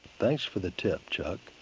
thanks for the tip, chuck.